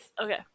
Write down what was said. Okay